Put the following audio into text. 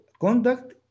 conduct